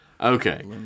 Okay